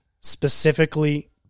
Specifically